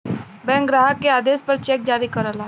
bank ग्राहक के आदेश पर चेक जारी करला